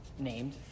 named